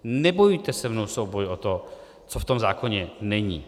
Nebojujte se mnou souboj o to, co v tom zákoně není.